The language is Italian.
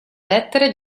lettere